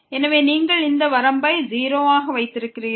எனவே நீங்கள் இந்த வரம்பை 0 ஆக வைத்திருக்கிறீர்கள்